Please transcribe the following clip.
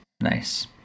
nice